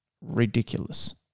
ridiculous